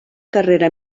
carrera